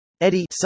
Eddie